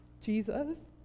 Jesus